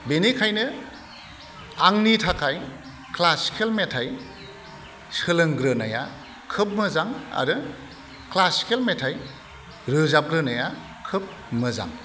बिनिखायनो आंनि थाखाय क्लासिकेल मेथाइ सोलोंग्रोनाया खोब मोजां आरो क्लासिकेल मेथाइ रोजाब ग्रोनाया खोब मोजां